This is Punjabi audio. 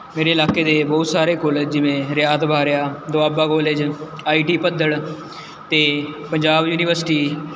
ਮੇਰੇ ਇਲਾਕੇ ਦੇ ਬਹੁਤ ਸਾਰੇ ਕੋਲਜ ਜਿਵੇਂ Rayat Bahra Doaba college I T Bhaddal ਅਤੇ ਪੰਜਾਬ ਯੂਨੀਵਰਸਿਟੀ